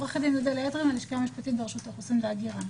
אני ממרשם האוכלוסין וההגירה.